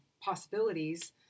possibilities